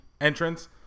Entrance